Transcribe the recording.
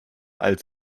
als